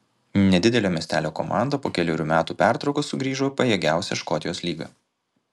nedidelio miestelio komanda po kelerių metų pertraukos sugrįžo į pajėgiausią škotijos lygą